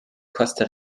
costa